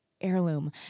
heirloom